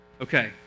Okay